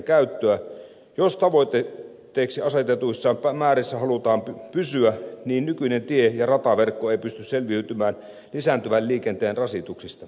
jos tavoitteeksi asetetuissa määrissä halutaan pysyä niin nykyinen tie ja rataverkko ei pysty selviytymään lisääntyvän liikenteen rasituksista